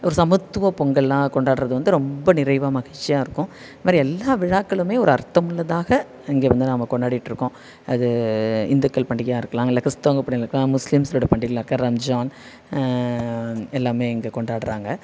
ஒரு சமத்துவப் பொங்கலாக கொண்டாடுறது வந்து ரொம்ப நிறைவாக மகிழ்ச்சியாக இருக்கும் இந்த மாதிரி எல்லா விழாக்களுமே ஒரு அர்த்தம் உள்ளதாக இங்கே வந்து நாம் கொண்டாடிகிட்ருக்கோம் அது இந்துக்கள் பண்டிகையாக இருக்கலாம் இல்லை கிறிஸ்தவங்க பண்டிகையாக இருக்கலாம் முஸ்லீம்ஸ்களோடய பண்டிகைளாக இருக்க ரம்ஜான் எல்லாமே இங்கே கொண்டாடுறாங்க